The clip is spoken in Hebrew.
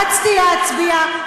רצתי להצביע,